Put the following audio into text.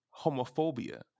homophobia